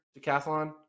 Decathlon